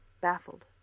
baffled